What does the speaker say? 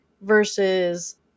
versus